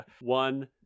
One